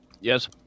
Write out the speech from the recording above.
Yes